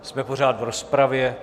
Jsme pořád v rozpravě.